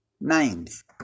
names